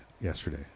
yesterday